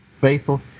faithful